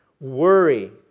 worry